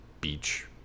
beach